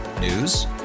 News